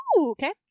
okay